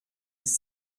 dix